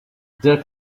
jerk